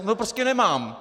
No prostě nemám.